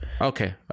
Okay